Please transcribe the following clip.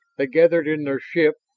they gathered in their ship,